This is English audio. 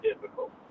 difficult